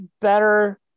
better